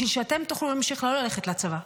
בשביל שאתם תוכלו להמשיך לא ללכת לצבא?